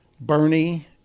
Bernie